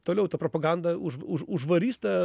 toliau tą propagandą už už užvarys tą